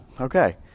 okay